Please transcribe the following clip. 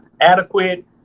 adequate